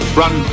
run